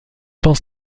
pense